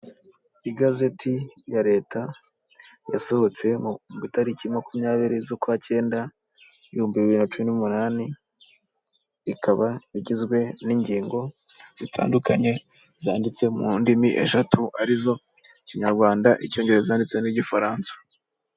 Igazeti ya leta yasohotse mu matariki makumyabiri z'ukwacnda; ibihumbi bibiri na cumi n'umunani, ikaba igizwe n'ingingo zitandukanye zanditse mu ndimi eshatu arizo: Ikinyarwanda, Icyongereza ndetse n'Igifaransa.